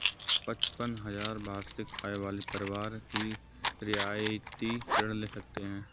पचपन हजार वार्षिक आय वाले परिवार ही रियायती ऋण ले सकते हैं